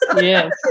Yes